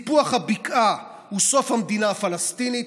סיפוח הבקעה הוא סוף המדינה הפלסטינית,